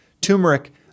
turmeric